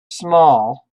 small